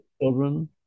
children